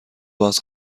باز